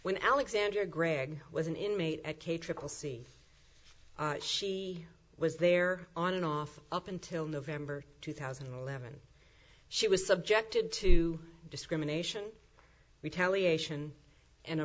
when alexander greg was an inmate at k trickle see she was there on and off up until november two thousand and eleven she was subjected to discrimination retaliation and a